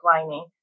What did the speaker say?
lining